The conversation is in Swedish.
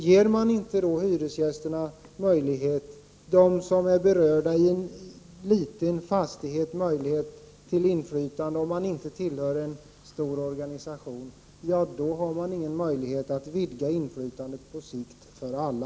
Ger man inte hyresgästerna, de som är berörda i en liten fastighet, möjlighet till inflytande utan att de tillhör en stor organisation, har man ingen möjlighet att på sikt vidga inflytandet för alla.